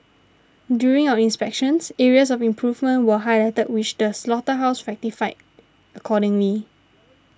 during our inspections areas of improvement were highlighted which the slaughterhouse rectified accordingly